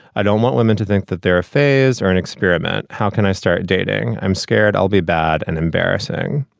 i don't want women to think that they're a phase or an experiment. how can i start dating? i'm scared. i'll be bad and embarrassing.